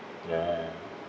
ya